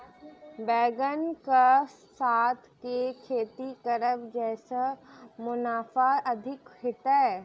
बैंगन कऽ साथ केँ खेती करब जयसँ मुनाफा अधिक हेतइ?